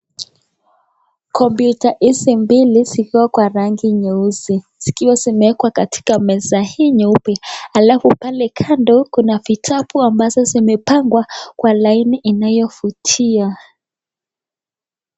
Kompyuta hizi mbili zikiwa kwa rangi nyeusi. Zikiwa zimeeka katika meza hii nyeupe. Alafu pale kando, kuna vitabu ambazo zimepangwa kwa laini inayovutia.